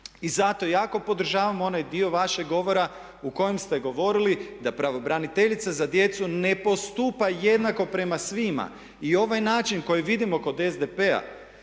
I zato jako podržavam onaj dio vašeg govora u kojem ste govorili da pravobraniteljica za djecu ne postupa jednako prema svima. I ovaj način koji vidimo kod SDP-a